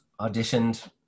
Auditioned